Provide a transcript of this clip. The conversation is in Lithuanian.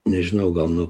nežinau gal nu